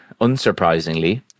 unsurprisingly